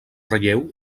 relleu